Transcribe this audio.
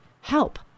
help